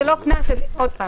זה לא קנס על אי-שמירת מרחק.